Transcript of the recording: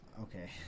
okay